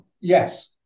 yes